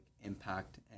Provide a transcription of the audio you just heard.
impact